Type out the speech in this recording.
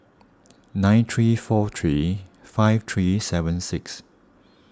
nine three four three five three seven six